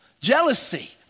Jealousy